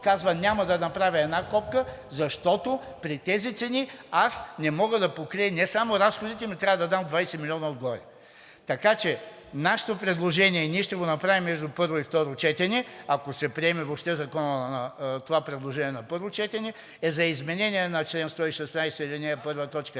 казва: няма да направя една копка, защото при тези цени аз не мога да покрия не само разходите, ами трябва да дам 20 милиона отгоре. Нашето предложение ние ще го направим между първо и второ четене, ако се приеме въобще това предложение на първо четене, е за изменение на чл. 116,